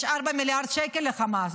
יש 4 מיליארד שקל לחמאס,